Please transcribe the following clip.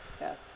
Yes